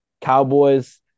Cowboys